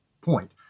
point